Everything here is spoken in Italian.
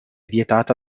vietata